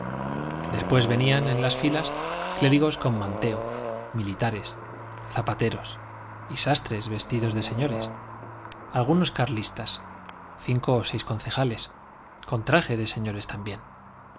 después venían en las filas clérigos con manteo militares zapateros y sastres vestidos de señores algunos carlistas cinco o seis concejales con traje de señores también